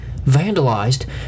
vandalized